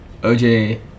oj